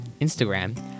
Instagram